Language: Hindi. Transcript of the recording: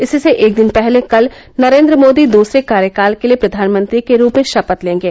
इससे एक दिन पहले कल नरेन्द्र मोदी दुसरे कार्यकाल के लिए प्रधानमंत्री के रूप में शपथ लेंगे